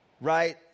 Right